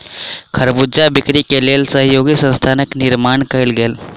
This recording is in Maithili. खरबूजा बिक्री के लेल सहयोगी संस्थानक निर्माण कयल गेल